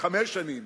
חמש שנים,